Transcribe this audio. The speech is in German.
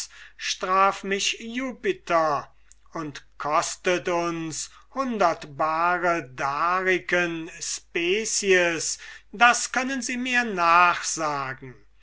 straf mich jupiter und kostet uns hundert bare dariken species das können sie mir nachsagen